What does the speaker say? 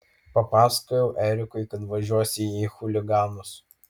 papasakojau erikui kad važiuosiu į chuliganus